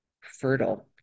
fertile